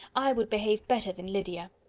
i would behave better than lydia.